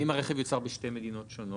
ואם הרכב יוצר בשתי מדינות שונות,